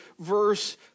verse